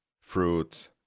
fruits